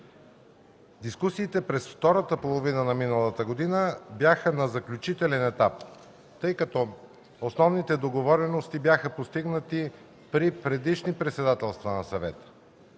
Дискусиите през втората половина на миналата година бяха на заключителен етап, тъй като основните договорености бяха постигнати при предишни председателства на Съвета.